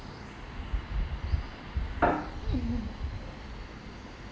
mmhmm